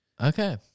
okay